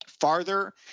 farther